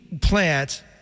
plant